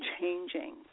changing